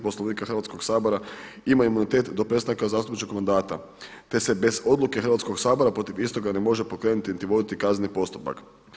Poslovnika Hrvatskog sabora ima imunitet do prestanka zastupničkog mandata, te se bez odluke Hrvatskog sabor protiv istoga ne može pokrenuti niti voditi kazneni postupak.